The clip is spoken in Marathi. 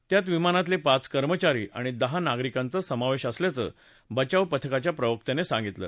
त्यात विमानातले पाच कर्मचारी आणि दहा नागरिकांचा समावेश असल्याचं बचाव पथकाच्या प्रवक्त्यानं सांगितलं